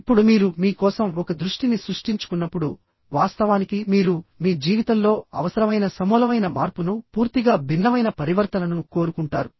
ఇప్పుడు మీరు మీ కోసం ఒక దృష్టిని సృష్టించుకున్నప్పుడు వాస్తవానికి మీరు మీ జీవితంలో అవసరమైన సమూలమైన మార్పును పూర్తిగా భిన్నమైన పరివర్తనను కోరుకుంటారు